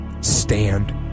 stand